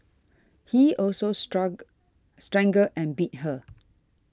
he also struggle strangled and beat her